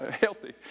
healthy